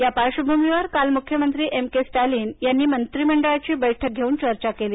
या पार्श्वभूमीवर काल मुख्यमंत्री एम के स्टॅलिन यांनी मंत्रिमंडळाची बैठक घेऊन चर्चा केली